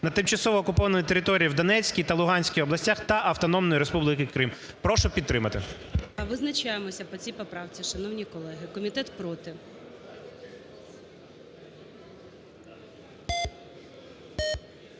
на тимчасово окупованій території в Донецькій та Луганській областях та Автономної Республіки Крим". Прошу підтримати. ГОЛОВУЮЧИЙ. Визначаємося по цій поправці, шановні колеги. Комітет – проти.